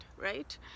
right